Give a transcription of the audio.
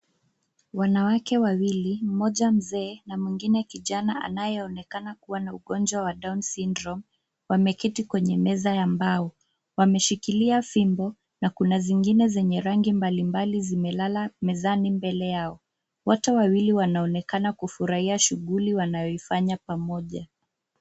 Wanawake wawili, mmoja mzee na mwingine kijana anayeonekana kuwa na ugonjwa wa down syndrome wameketi kwenye meza ya mbao. Wameshikilia fimbo na kuna zingine zenye rangi mbalimbali zimelala mezani mbele yao. Wote wawili wanaonekana kufurahia shughuli wanayoifanya pamoja.